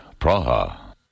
Praha